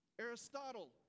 Aristotle